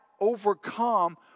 overcome